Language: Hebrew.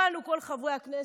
באנו כל חברי הכנסת,